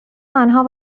آنها